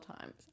times